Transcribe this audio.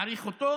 הוא מעריך אותו,